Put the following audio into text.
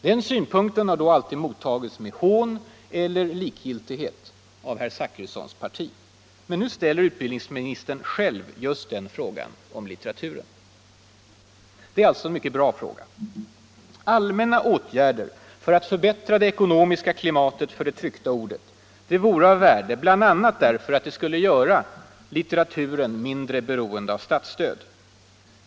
Den synpunkten har då alltid mottagits med hån eller likgiltighet av herr Zachrissons parti. Nu ställer utbildningsministern själv just den frågan om litteraturen. Det är alltså en bra fråga. Allmänna åtgärder för att förbättra det ekonomiska klimatet för det tryckta ordet vore av värde bl.a. därför att det skulle göra litteraturen mindre beroende av statsstöd.